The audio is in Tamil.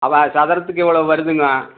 ஆமாம் சதுரத்துக்கு இவ்வளோ வருதுங்கோ